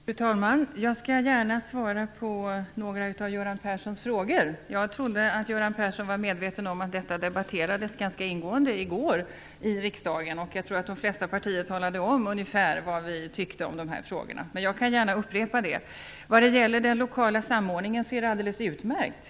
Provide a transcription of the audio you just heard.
Fru talman! Jag skall gärna svara på några av Göran Perssons frågor. Jag trodde att Göran Persson var medveten om att detta debatterades ganska ingående i går i riksdagen. Jag tror att vi i de flesta partier talade om ungefär vad vi tyckte i dessa frågor. Men jag kan gärna upprepa det. Vad gäller den lokala samordningen är den alldeles utmärkt.